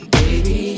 baby